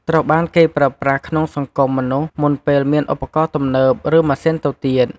ត្រូវបានគេប្រើប្រាស់ក្នុងសង្គមមនុស្សមុនពេលមានឧបករណ៍ទំនើប ឬម៉ាស៊ីនទៅទៀត។